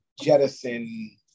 jettison